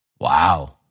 Wow